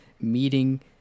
meeting